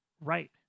Right